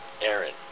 Aaron